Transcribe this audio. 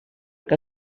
que